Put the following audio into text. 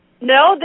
No